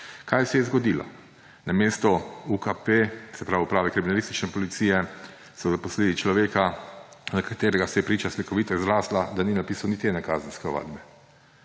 Kaj se je zgodilo? Na mesto UKP, se pravi Uprave kriminalistične policije, so zaposlili človeka, za katerega se je priča slikovito izrazila, da ni napisal niti ene kazenske ovadbe.